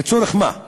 לצורך מה?